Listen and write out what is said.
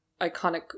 Iconic